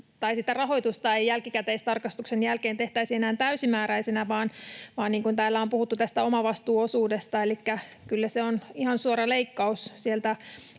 rahoitusta ei jälkikäteistarkastuksen jälkeen tehtäisi enää täysimääräisenä, vaan niin kuin täällä on puhuttu tästä omavastuuosuudesta, niin kyllä se on ihan suora leikkaus siitä